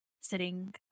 sitting